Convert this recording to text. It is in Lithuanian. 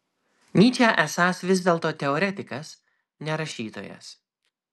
nyčė esąs vis dėlto teoretikas ne rašytojas